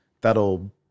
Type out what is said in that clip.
that'll